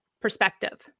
perspective